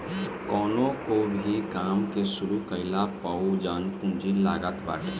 कवनो भो काम के शुरू कईला पअ जवन पूंजी लागत बाटे